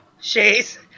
Shays